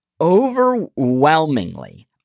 Overwhelmingly